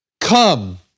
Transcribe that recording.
come